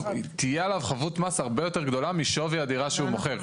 תהיה עליו חבות מס גדולה הרבה יותר מאשר שווי הדירה שהוא מוכר.